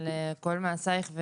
על כל מעשייך,